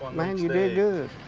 man, you did good.